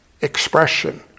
expression